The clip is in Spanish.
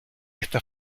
esta